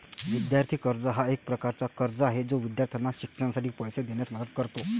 विद्यार्थी कर्ज हा एक प्रकारचा कर्ज आहे जो विद्यार्थ्यांना शिक्षणासाठी पैसे देण्यास मदत करतो